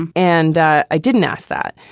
and and i i didn't ask that.